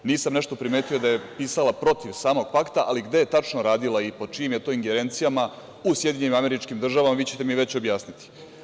Nisam nešto primetio da je pisala protiv samog pakta, ali gde je tačno radila i pod čijim je to ingerencijama u SAD vi ćete mi već objasniti.